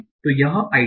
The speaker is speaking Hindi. तो यह आइडिया है